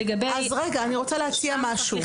אני רוצה להציע משהו.